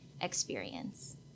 experience